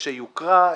כשיוקרא,